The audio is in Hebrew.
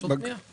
201-202 אושרה.